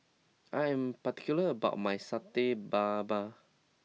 I am particular about my Satay Babat